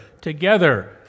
Together